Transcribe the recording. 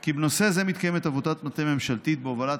כי בנושא זה מתקיימת עבודת מטה ממשלתית בהובלת